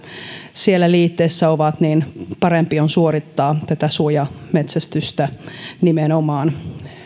siellä liitteessä ovat niin parempi on suorittaa suojametsästystä nimenomaan